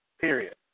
period